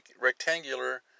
rectangular